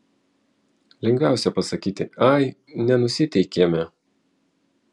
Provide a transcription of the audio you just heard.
lengviausia pasakyti ai nenusiteikėme